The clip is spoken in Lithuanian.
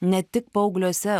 ne tik paaugliuose